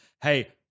hey